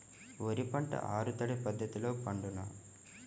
వరి పంట ఆరు తడి పద్ధతిలో పండునా?